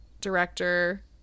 director